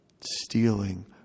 stealing